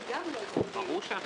הם לא -- לא,